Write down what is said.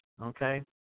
Okay